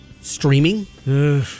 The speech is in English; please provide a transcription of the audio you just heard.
Streaming